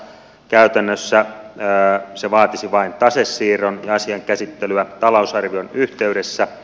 käytännössä se vaatisi vain tasesiirron ja asian käsittelyä talousarvion yhteydessä